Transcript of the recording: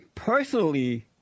Personally